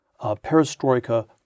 perestroika